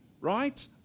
right